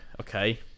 okay